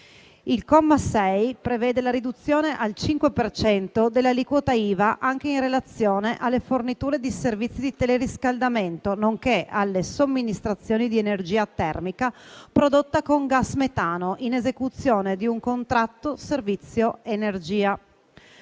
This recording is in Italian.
Il comma 6 prevede la riduzione al 5 per cento dell'aliquota IVA anche in relazione alle forniture di servizi di teleriscaldamento, nonché alle somministrazioni di energia termica prodotta con gas metano, in esecuzione di un contratto servizio energia.